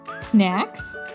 Snacks